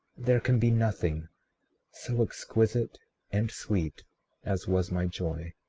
there can be nothing so exquisite and sweet as was my joy.